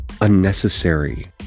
unnecessary